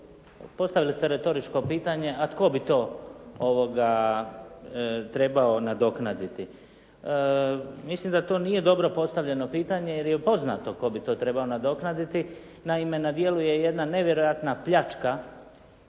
Postavili ste retoričko pitanje, a tko bi to trebao nadoknaditi. Mislim da to nije dobro postavljeno pitanje jer je poznato tko bi to trebao nadoknaditi. Naime na djelu je jedna nevjerojatna pljačka